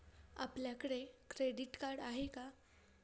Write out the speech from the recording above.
आपल्याकडे credit card आहे का?